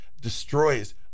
destroys